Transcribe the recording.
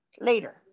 Later